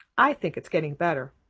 i think it's getting better,